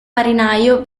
marinaio